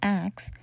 acts